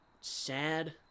sad